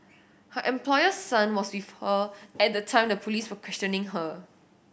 her employer's son was with her at the time the police were questioning her